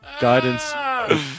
Guidance